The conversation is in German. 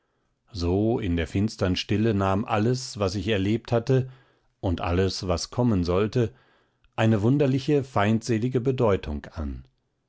so in der finstern stille nahm alles was ich erlebt hatte und alles was kommen sollte eine wunderliche feindselige bedeutung an